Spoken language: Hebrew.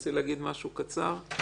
תרצי להגיד משהו קצר?